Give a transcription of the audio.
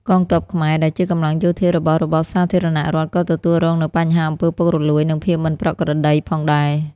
កងទ័ពខ្មែរ ដែលជាកម្លាំងយោធារបស់របបសាធារណរដ្ឋ ក៏ទទួលរងនូវបញ្ហាអំពើពុករលួយ និងភាពមិនប្រក្រតីផងដែរ។